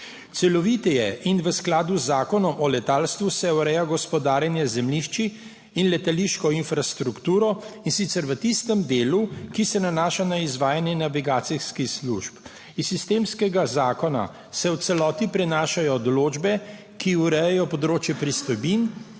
Celoviteje in v skladu z Zakonom o letalstvu se ureja gospodarjenje z zemljišči in letališko infrastrukturo, in sicer v tistem delu, ki se nanaša na izvajanje navigacijskih služb. Iz sistemskega zakona se v celoti prenašajo določbe, ki urejajo področje pristojbin